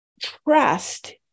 trust